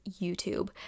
YouTube